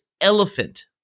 elephant